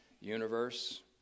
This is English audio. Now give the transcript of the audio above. universe